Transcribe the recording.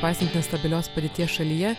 nepaisant stabilios padėties šalyje